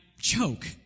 choke